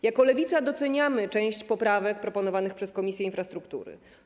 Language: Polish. Jako Lewica doceniamy część poprawek proponowanych przez Komisję Infrastruktury.